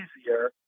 easier